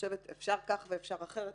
אפשר כך ואפשר אחרת,